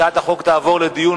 הצעת החוק תעבור לדיון